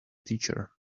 teacher